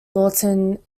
lawton